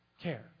care